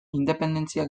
independentzia